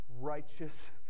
righteous